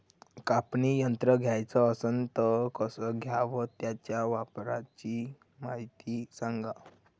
कापनी यंत्र घ्याचं असन त कस घ्याव? त्याच्या वापराची मायती सांगा